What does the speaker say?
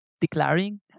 declaring